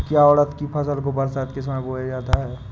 क्या उड़द की फसल को बरसात के समय बोया जाता है?